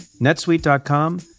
netsuite.com